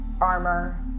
armor